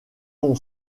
ton